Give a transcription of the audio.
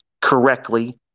correctly